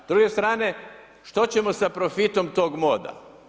S druge strane, što ćemo sa profitom toga moda?